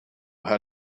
how